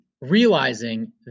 realizing